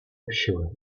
общего